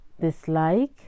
dislike